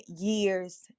years